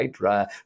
right